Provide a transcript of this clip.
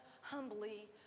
humbly